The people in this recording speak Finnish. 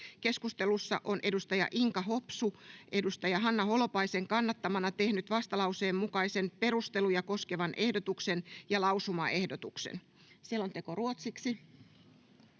Keskustelussa edustaja Inka Hopsu on edustaja Hanna Holopaisen kannattamana tehnyt vastalauseen mukaiset perusteluja koskevan ehdotuksen ja lausumaehdotuksen. — Selonteko ruotsiksi.